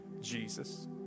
Jesus